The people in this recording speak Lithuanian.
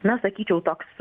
na sakyčiau toks